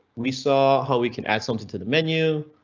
we saw how we can add something to the menu.